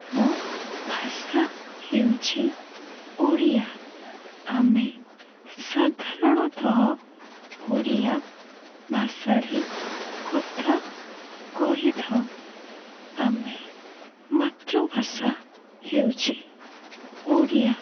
ଆମ ଭାଷା ହେଉଛି ଓଡ଼ିଆ ଆମେ ସାଧାରଣତଃ ଓଡ଼ିଆ ଭାଷାରେ କଥା କହିଥାଉ ଆମେ ମାତୃଭାଷା ହେଉଛି ଓଡ଼ିଆ